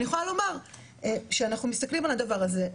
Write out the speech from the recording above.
אני יכולה לומר שאנחנו מסתכלים על הדבר הזה,